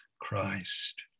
Christ